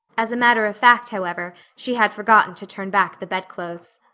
as a matter of fact, however, she had forgotten to turn back the bedclothes.